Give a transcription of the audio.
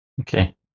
Okay